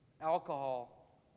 alcohol